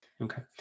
Okay